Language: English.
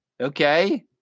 Okay